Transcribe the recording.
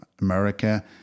America